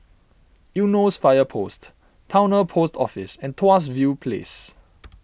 Eunos Fire Post Towner Post Office and Tuas View Place